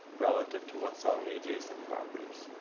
relative to what's on the adjacent properties.